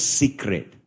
secret